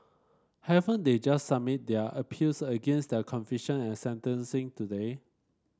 haven't they just submitted their appeals against their conviction and sentencing today